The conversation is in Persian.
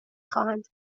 خواهند